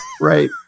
right